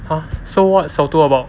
orh so what's 扫毒 about